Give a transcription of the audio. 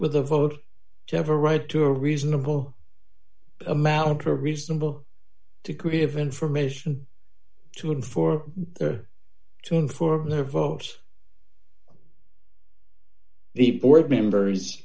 with a vote to have a right to a reasonable amount to a reasonable degree of information to him for there to inform their vote the board members